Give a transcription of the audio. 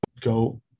go